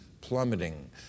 plummeting